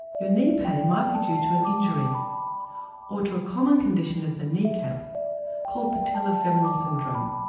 your knee pain might be due to an injury or to a common condition of the kneecap called patello-femoral syndrome.